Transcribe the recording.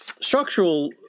structural